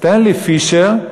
סטנלי פישר,